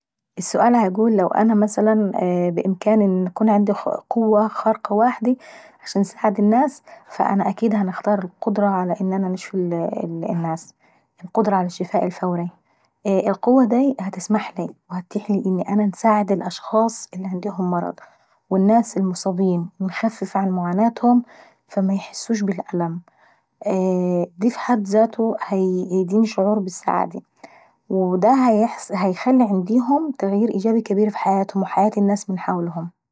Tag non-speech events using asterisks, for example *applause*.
السؤال بيقول لو انا مثلا بإمكاني يكون عندي قوة خارقة واحدةعشان انساعد الناس فأنا اكيد هنختار القدرة على ان انا نشفي الناس، القدرة على الشفاء الفوري. والقدرة دي هتسمحلاي وهتتيح لي ان انا نساعد الأشخاص اللي عنديهم مرض، والناس المصابين ونخفف عن معاناتهم فميحسوش بالالم، دا في حد ذاته هيديهم عندهم شعور بالسعادة. ودا *hesitation* هيخلي عنديهم تغيير ايجابي كابير في حياتهم وحياة الناس من حواليهم.